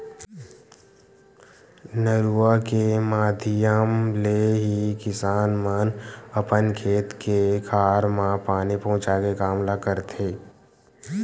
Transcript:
नरूवा के माधियम ले ही किसान मन अपन खेत खार म पानी पहुँचाय के काम ल करथे